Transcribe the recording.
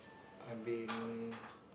I've been